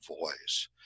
voice